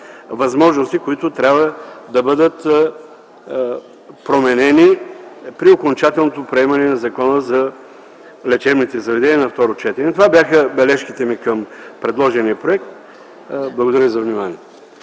възможности, които трябва да бъдат променени при окончателното приемане на Закона за лечебните заведения на второ четене. Това бяха бележките ми към предложения проект. Благодаря за вниманието.